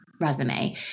resume